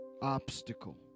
obstacle